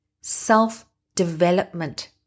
self-development